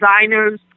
designers